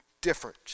different